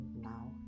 now